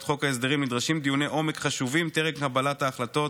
חוק ההסדרים נדרשים דיוני עומק חשובים טרם קבלת ההחלטות,